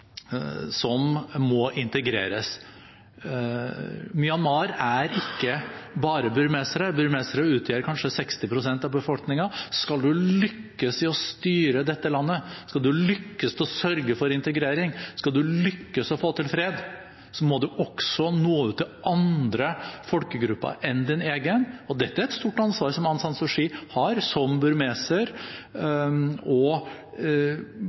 som må integreres. Myanmar er ikke bare burmesere. Burmesere utgjør kanskje 60 pst. av befolkningen. Skal man lykkes med å styre dette landet, skal man lykkes med å sørge for integrering, skal man lykkes med å få til fred, må man også nå ut til andre folkegrupper enn sin egen. Dette er et stort ansvar som Aung San Suu Kyi har som burmeser